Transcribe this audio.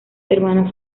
hermanas